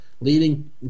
leading